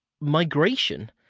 migration